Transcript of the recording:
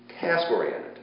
task-oriented